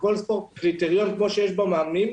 לכל ספורט קריטריון כמו שיש במאמנים,